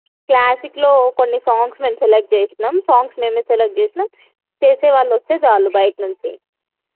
క్లాసిక్లో కొన్ని సాంగ్స్ మేము సెలెక్ట్ చేసినాము సాంగ్స్ మేమే సెలెక్ట్ చేసినాము చేసేవాళ్ళు వస్తే చాలు బయట నుంచి